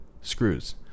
screws